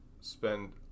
spend